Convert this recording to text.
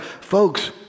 Folks